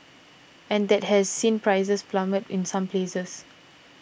and that has seen prices plummet in some places